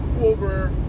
over